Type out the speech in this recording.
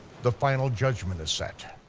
the final judgment is set.